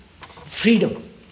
freedom